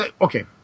Okay